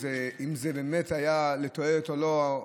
אם זה היה לתועלת או לא,